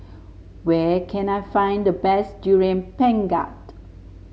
where can I find the best Durian Pengat